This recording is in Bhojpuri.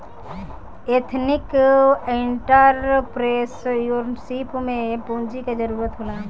एथनिक एंटरप्रेन्योरशिप में पूंजी के जरूरत होला